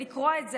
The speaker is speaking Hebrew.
לקרוע את זה,